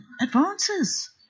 advances